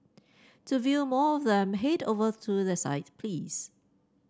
to view more of them head over to their site please